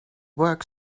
work